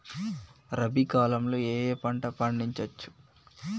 రబీ కాలంలో ఏ ఏ పంట పండించచ్చు?